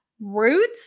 root